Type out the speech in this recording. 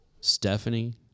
Stephanie